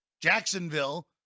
Jacksonville